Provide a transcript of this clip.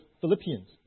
Philippians